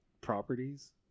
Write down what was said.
properties